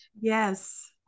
yes